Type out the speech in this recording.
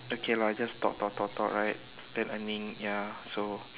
okay lah just talk talk talk talk right then earning ya so